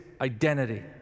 identity